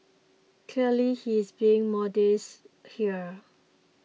clearly he's being modest here